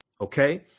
Okay